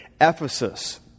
Ephesus